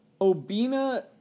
Obina